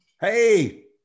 Hey